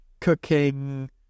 cooking